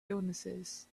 illnesses